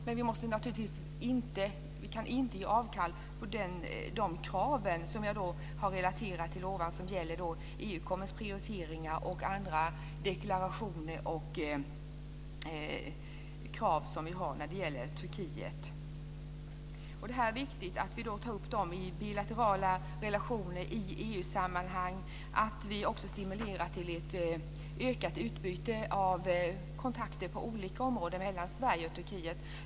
Men vi kan inte ge avkall på de krav som jag har relaterat som gäller EU-kommissionens prioriteringar och andra deklarationer och andra krav som vi har som gäller Turkiet. Det är viktigt att vi tar upp dem i bilaterala relationer i EU-sammanhang och att vi också stimulerar till ett ökat utbyte av kontakter på olika områden mellan Sverige och Turkiet.